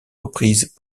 reprises